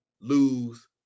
lose